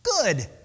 Good